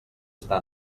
està